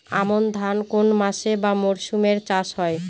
আমন ধান কোন মাসে বা মরশুমে চাষ হয়?